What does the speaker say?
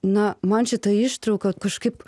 na man šita ištrauka kažkaip